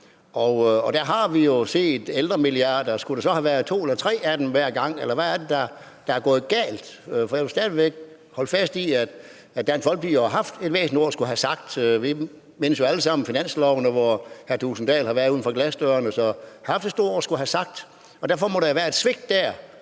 Der har vi jo set ældremilliarder; skulle der så have været to eller tre af dem hver gang, eller hvad er det, der er gået galt? For jeg vil stadig væk holde fast i, at Dansk Folkeparti jo har haft et væsentligt ord at skulle have sagt. Vi mindes jo alle sammen finanslovene, hvor hr. Kristian Thulesen Dahl har stået ude foran glasdøren efter at have haft et stort ord at skulle have sagt. Derfor må der være et svigt der,